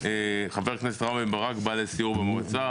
חבר הכנסת רם בן ברק בא לסיור במועצה